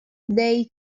they